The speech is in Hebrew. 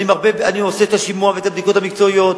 אני עושה את השימוע ואת הבדיקות המקצועיות,